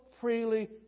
freely